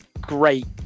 Great